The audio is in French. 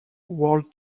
world